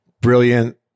brilliant